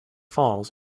falls